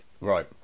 Right